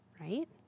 right